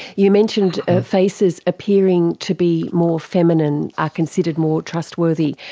you mentioned ah faces appearing to be more feminine are considered more trustworthy.